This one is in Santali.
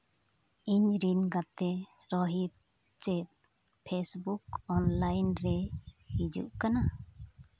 ᱤᱧ ᱨᱮᱱ ᱜᱟᱛᱮ ᱨᱳᱦᱤᱛ ᱪᱮᱫ ᱯᱷᱮ ᱥᱵᱩᱠ ᱚᱱᱞᱟᱭᱤᱱ ᱨᱮ ᱦᱤᱡᱩᱜ ᱠᱟᱱᱟ